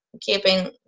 keeping